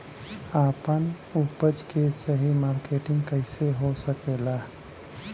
आपन उपज क सही मार्केटिंग कइसे हो सकेला?